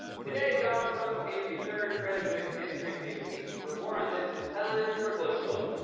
today, donald trump became the third president in history to be impeached. for more on this it's time for a closer look.